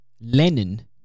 Lenin